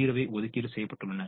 0 வை ஒதுக்கீடு செய்யப்பட்டுள்ளன